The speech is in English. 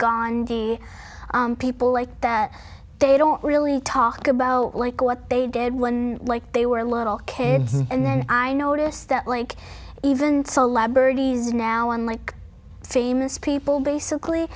gandhi people like that they don't really talk about like what they did when like they were little kids and then i notice that like even celebrities now unlike famous people basically